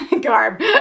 garb